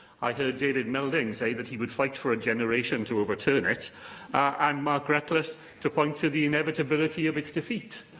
i heard david melding say that he would fight for a generation to overturn it and mark reckless point to the inevitability of its defeat.